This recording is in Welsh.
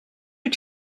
wyt